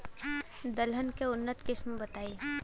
दलहन के उन्नत किस्म बताई?